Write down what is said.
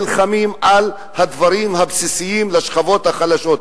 נלחמים על הדברים הבסיסיים לשכבות החלשות.